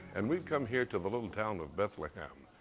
and we've come here to the little town of bethlehem.